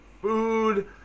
food